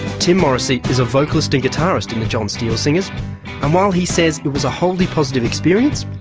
tim morrisey is a vocalist and guitarist in the john steel singers and while he says it was a wholly positive experience,